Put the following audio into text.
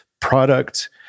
product